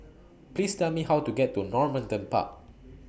Please Tell Me How to get to Normanton Park